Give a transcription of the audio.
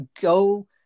Go